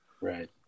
Right